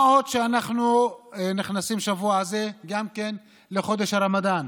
ועוד, אנחנו נכנסים השבוע הזה גם לחודש הרמדאן,